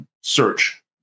search